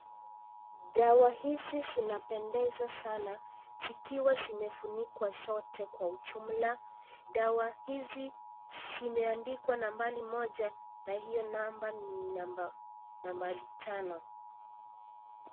Dawa hizi zinapendeza sana. Zikiwa zimefunikwa zote kwa ujumla. Dawa hizi, zimeandikwa nambari moja na hiyo namba ni nambari tano.